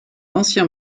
ancien